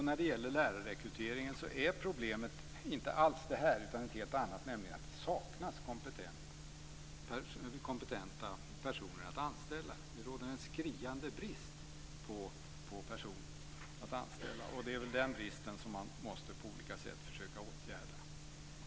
När det gäller lärarrekryteringen är problemet inte alls det här utan ett helt annat, nämligen att det saknas kompetenta personer att anställa. Det råder en skriande brist på personer att anställa, och det är den bristen som man på olika sätt måste försöka åtgärda.